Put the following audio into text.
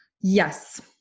Yes